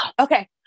Okay